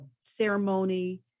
ceremony